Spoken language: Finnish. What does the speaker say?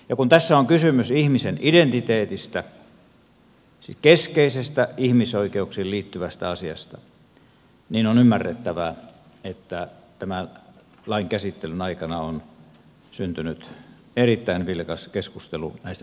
ja kun tässä on kysymys ihmisen identiteetistä siis keskeisestä ihmisoikeuksiin liittyvästä asiasta niin on ymmärrettävää että tämän lain käsittelyn aikana on syntynyt erittäin vilkas keskustelu näistä syvällisistä ihmisoikeuskysymyksistä